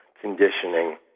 conditioning